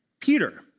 Peter